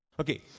Okay